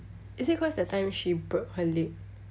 is it cause that time she broke her leg